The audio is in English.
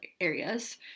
areas